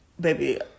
Baby